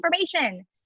information